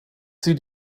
sie